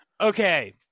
Okay